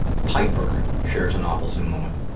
piper shares an awfulsome moment,